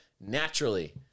naturally